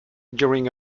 during